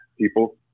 people